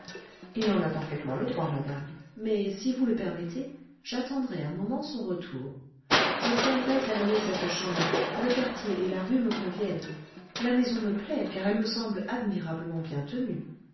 il en a parfaitement le droit madame mais si vous le permettez j'attendrai un moment son retour je tiendrais à louer cette chambre le quartier et la rue me conviennent la maison me plaît car elle me semble admirablement bien tenue